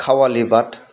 खावालिबाद